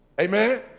Amen